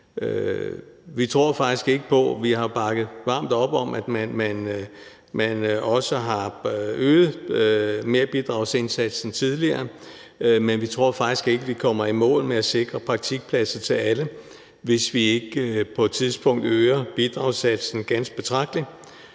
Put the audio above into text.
praktikpladsmanglen til livs. Vi bakkede varmt op om det, da man tidligere øgede merbidragssatsen, men vi tror faktisk ikke, at vi kommer i mål med at sikre praktikpladser til alle, hvis ikke vi på et tidspunkt øger bidragssatsen ganske betragteligt,